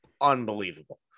Unbelievable